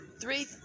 three